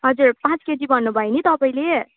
हजुर पाँच केजी भन्नुभयो नि तपाईँले